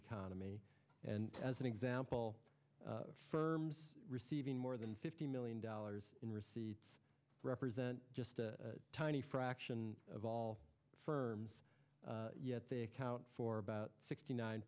economy and as an example firms receiving more than fifty million dollars in receipts represent a tiny fraction of all firms yet they account for about sixty nine